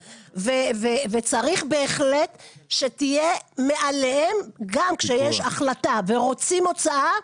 וצריך בהחלט שתהיה מעליהם גם כשיש החלטה ורוצים הוצאה,